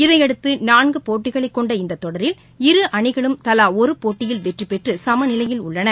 இதையடுத்து நான்கு போட்டிகளைக் கொண்ட இந்த தொடரில் இரு அணிகளும் தலா ஒரு போட்டியில் வெற்றிபெற்று சம நிலையில் உள்ளன